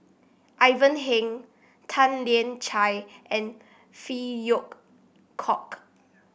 Ivan Heng Tan Lian Chye and Phey Yew Kok